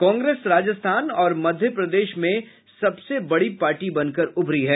कांग्रेस राजस्थान और मध्य प्रदेश में सबसे बड़ी पार्टी बनकर उभरी है